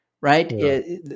right